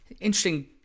interesting